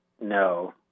no